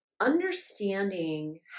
understanding